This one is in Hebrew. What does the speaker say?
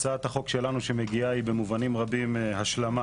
הצעת החוק שלנו שמגיעה היא במובנים רבים השלמה